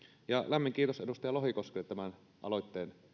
lämmin kiitos edustaja lohikoskelle tämän aloitteen